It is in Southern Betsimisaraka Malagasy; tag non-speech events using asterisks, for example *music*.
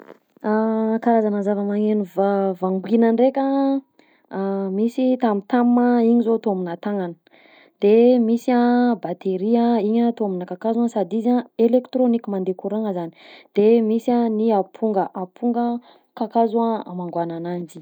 *hesitation* Karazana zava-maneno vangoina ndraika a, iny zao atao aminà tagnana, de misy a batery a, igny atao aminà kakazo, sady izy a elektrônika mandeha courant-gna zany, de misy a ny aponga, kakazo amangoagna ananjy.